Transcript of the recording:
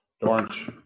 orange